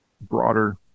broader